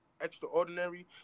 extraordinary